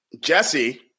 Jesse